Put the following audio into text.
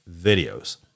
videos